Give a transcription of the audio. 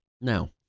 now